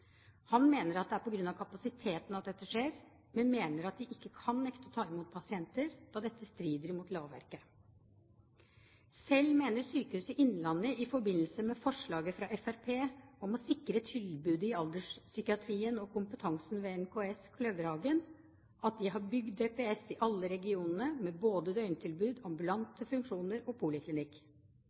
Han mener at det er på grunn av kapasiteten dette skjer, men at de ikke kan nekte å ta imot pasienter, da dette strider imot lovverket. Selv mener Sykehuset Innlandet i forbindelse med forslaget fra Fremskrittspartiet om å sikre tilbudet i alderspsykiatrien og kompetansen ved NKS Kløverhagen at de har bygd DPS-er i alle regionene med både døgntilbud, ambulante funksjoner og poliklinikk.